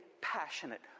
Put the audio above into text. passionate